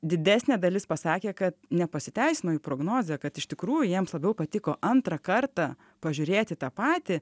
didesnė dalis pasakė kad nepasiteisino jų prognozė kad iš tikrųjų jiems labiau patiko antrą kartą pažiūrėti tą patį